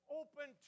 open